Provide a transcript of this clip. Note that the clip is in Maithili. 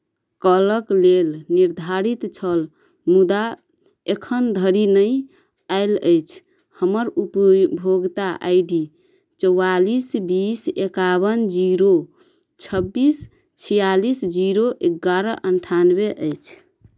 कलक लेल निर्धारित छल मुदा एखन धरि नहि आयल अछि हमर उपभोगक्ता आइ डी चौआलीस बीस एकावन जीरो छब्बीस छियालिस जीरो एगारह अन्ठानवे अछि